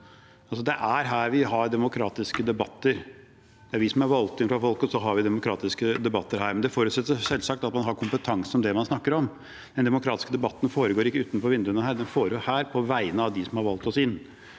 det er her vi har demokratiske debatter. Det er vi som er valgt inn fra folket, og så har vi demokratiske debatter her, men det forutsetter selvsagt at man har kompetanse om det man snakker om. Den demokratiske debatten foregår ikke utenfor vinduene her, den foregår her, på vegne av dem som har valgt oss inn.